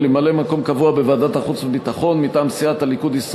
לממלא-מקום קבוע בוועדת החוץ והביטחון מטעם סיעת הליכוד,